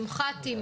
סמג"דים,